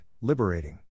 liberating